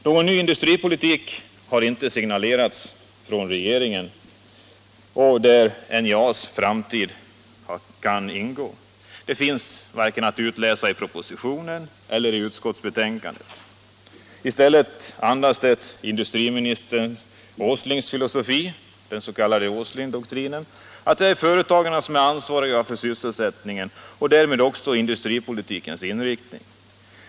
Någon ny industripolitik, där NJA:s framtid kan ingå, har inte signalerats från regeringen; något sådant går inte att utläsa vare sig av propositionen eller av utskottsbetänkandet. I stället andas de industriminister Åslings filosofi, den s.k. Åslingdoktrinen, att det är företagen som är ansvariga för sysselsättningen och därmed också för industripolitikens inriktning.